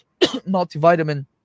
multivitamin